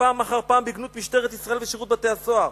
פעם אחר פעם בגנות משטרת ישראל ושירות בתי-הסוהר.